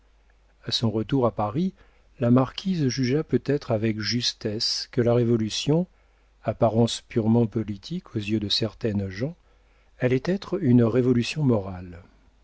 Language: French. a son retour à paris la marquise jugea peut-être avec justesse que la révolution en apparence purement politique aux yeux de certaines gens allait être une révolution morale